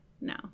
No